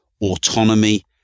autonomy